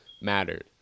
mattered